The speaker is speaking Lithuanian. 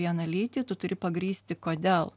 vieną lytį tu turi pagrįsti kodėl